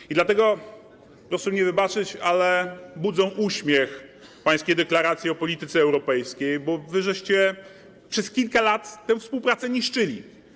I dlatego proszę mi wybaczyć, ale budzą uśmiech pańskie deklaracje o polityce europejskiej, bo wy przez kilka lat tę współpracę niszczyliście.